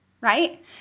right